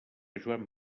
joan